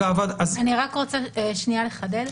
אני רק רוצה לחדד,